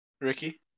Ricky